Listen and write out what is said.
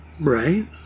Right